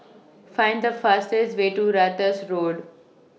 Find The fastest Way to Ratus Road